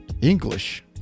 English